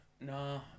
No